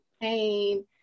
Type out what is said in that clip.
pain